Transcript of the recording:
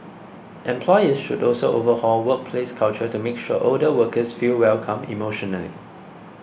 employers should also overhaul workplace culture to make sure older workers feel welcome emotionally